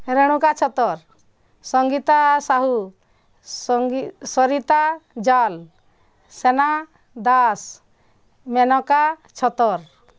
Renuka Chhatar Sangeeta Sahu Sangi Sarita Jal Sena Das Menaka Chhatar